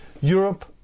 Europe